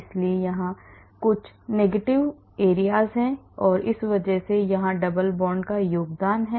इसलिए यहां कुछ नकारात्मक क्षेत्र हैं क्योंकि इस वजह से यहां डबल बॉन्ड का योगदान है